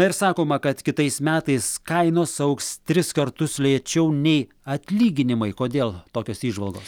na ir sakoma kad kitais metais kainos augs tris kartus lėčiau nei atlyginimai kodėl tokios įžvalgos